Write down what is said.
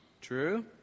true